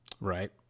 Right